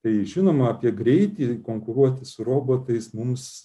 tai žinoma apie greitį konkuruoti su robotais mums